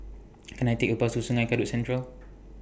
Can I Take A Bus to Sungei Kadut Central